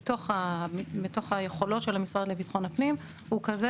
מתוך היכולות של המשרד לביטחון הפנים הוא כזה